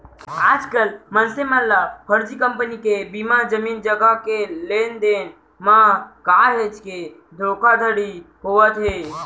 आजकल मनसे ल फरजी कंपनी के बीमा, जमीन जघा के लेन देन म काहेच के धोखाघड़ी होवत हे